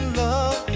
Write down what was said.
love